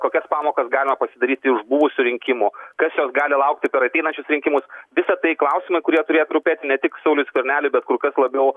kokias pamokas galima pasidaryti iš buvusių rinkimų kas jos gali laukti per ateinančius rinkimus visa tai klausimai kurie turėtų rūpėti ne tik sauliui skverneliui bet kur kas labiau